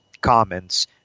comments